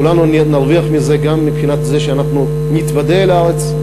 כולנו נרוויח מזה גם מבחינת זה שאנחנו נתוודע לארץ,